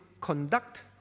conduct